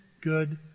good